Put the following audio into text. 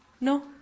No